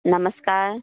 नमस्कार